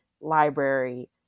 library